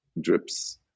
drips